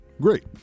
great